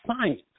science